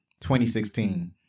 2016